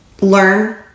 learn